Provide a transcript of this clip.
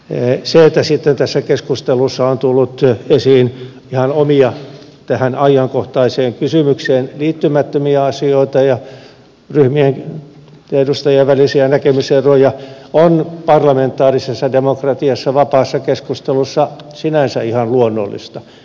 se että sitten tässä keskustelussa on tullut esiin ihan omia tähän ajankohtaiseen kysymykseen liittymättömiä asioita ja ryhmien ja edustajien välisiä näkemyseroja on parlamentaarisessa demokratiassa vapaassa keskustelussa sinänsä ihan luonnollista